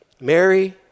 Mary